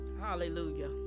Hallelujah